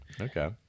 Okay